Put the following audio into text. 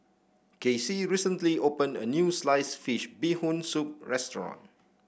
Casie recently opened a new Sliced Fish Bee Hoon Soup restaurant